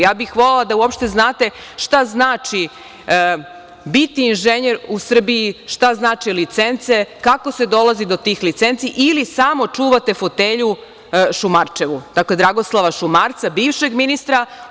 Ja bih volela da uopšte znate šta znači biti inženjer u Srbiji i šta znače licence, kako se dolazi do tih licenci ili samo čuvate fotelju Šumarčevu, dakle, Dragoslava Šumarca bivšeg ministra.